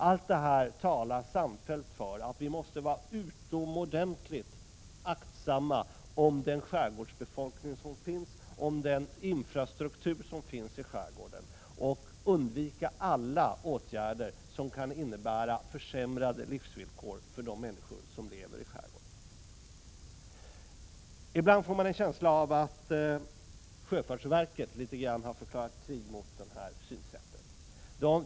Allt detta talar samfällt för att vi måste vara utomordentligt aktsamma om den befolkning och den infrastruktur som finns i skärgården och undvika alla åtgärder som kan innebära försämrade livsvillkor för de människor som lever i skärgården. Ibland får man en känsla av att sjöfartsverket på något sätt har förklarat krig mot det synsättet.